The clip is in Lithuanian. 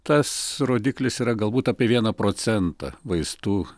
tas rodiklis yra galbūt apie vieną procentą vaistų